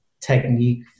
technique